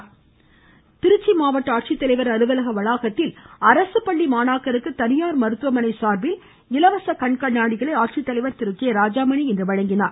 கண் கண்ணாடி திருச்சி மாவட்ட ஆட்சித்தலைவர் அலுவலக வளாகத்தில் அரசுபள்ளி மாணாக்கருக்கு தனியார் மருத்துவனை சார்பில் இலவச கண் கண்ணாடிகளை ஆட்சித்தலைவர் திரு கே ராஜாமணி இன்று வழங்கினார்